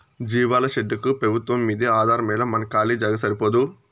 జీవాల షెడ్డుకు పెబుత్వంమ్మీదే ఆధారమేలా మన కాలీ జాగా సరిపోదూ